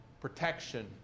protection